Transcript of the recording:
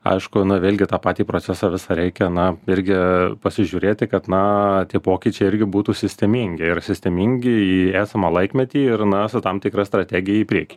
aišku na vėlgi tą patį procesą visą reikia na irgi pasižiūrėti kad na tie pokyčiai irgi būtų sistemingi ir sistemingi į esamą laikmetį ir na su tam tikra strategija į priekį